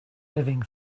living